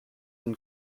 and